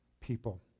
people